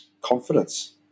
confidence